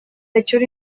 lecture